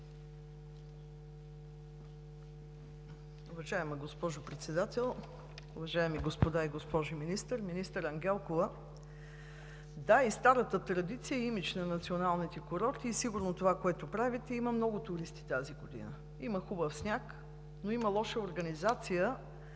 Уважаема госпожо Председател, уважаеми господа и госпожи министри, Министър Ангелкова! Да, и старата традиция, и имидж на националните курорти и сигурно това, което правите, има много туристи тази година. Има хубав сняг, но има лоша организация